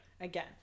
again